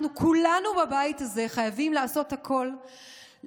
אנחנו כולנו בבית הזה חייבים לעשות הכול כדי